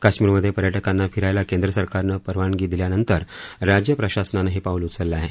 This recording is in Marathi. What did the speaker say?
कश्मीरमधे पर्यटकांना फिरायला केंद्र सरकारनं परवानगी दिल्यानंतर राज्य प्रशासनानं हे पाऊल उचचलं आहे